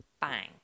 bang